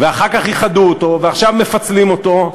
ואחר כך איחדו אותו ועכשיו מפצלים אותו.